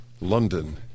London